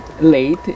late